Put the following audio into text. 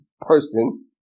person